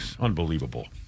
unbelievable